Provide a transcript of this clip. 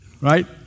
right